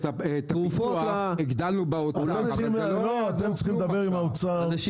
אתם תטפלו בזה במרוכז.